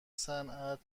صنعت